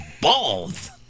balls